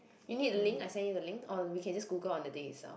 you need the link I send you the link or we can just Google on the day itself